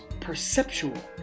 Perceptual